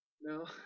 No